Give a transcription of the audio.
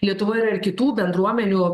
lietuvoj yra ir kitų bendruomenių